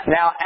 Now